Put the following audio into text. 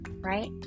right